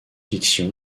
fiction